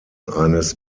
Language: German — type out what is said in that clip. eines